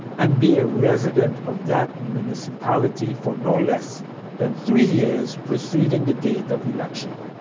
and be a resident of that municipality for no less than three years preceding the date of election.